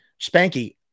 spanky